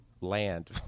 land